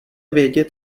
vědět